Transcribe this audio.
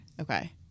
Okay